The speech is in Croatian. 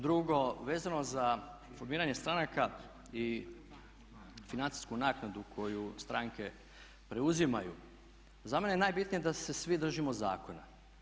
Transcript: Drugo, vezano za formiranje stranaka i financijsku naknadu koju stranke preuzimaju za mene je najbitnije da se svi držimo zakona.